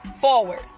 forward